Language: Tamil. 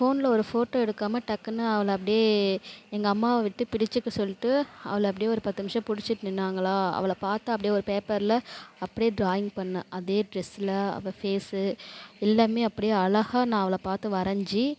ஃபோனில் ஒரு ஃபோட்டோ எடுக்காமல் டக்குன்னு அவளை அப்படியே எங்கள் அம்மாவை விட்டு பிடிச்சிக்க சொல்லிட்டு அவளை அப்படியே ஒரு பத்து நிமிடம் பிடிச்சிட்டு நின்னாங்களா அவளை பார்த்து அப்படியே ஒரு பேப்பரில் அப்படியே ட்ராயிங் பண்ணிணேன் அதே ட்ரெஸ்ஸுல அவள் ஃபேஸ்ஸு எல்லாமே அப்படியே அழகா நான் அவளை பார்த்து வரைஞ்சி